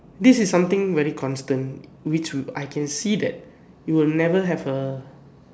this is something very constant which would I can see that it will never have a